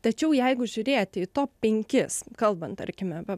tačiau jeigu žiūrėti į top penkis kalban tarkime va